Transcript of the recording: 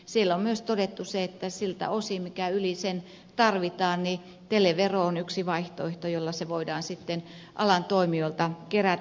siellä on myös todettu se että siltä osin mikä sen yli tarvitaan televero on yksi vaihtoehto jolla se voidaan alan toimijoilta kerätä